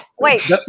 wait